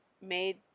made